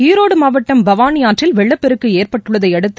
ஈரோடு மாவட்டம் பவாளி ஆற்றில் வெள்ளப் பெருக்கு ஏற்பட்டுள்ளதை அடுத்து